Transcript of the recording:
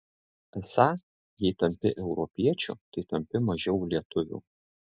esą jei tampi europiečiu tai tampi mažiau lietuviu